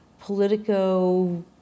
politico